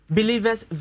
Believers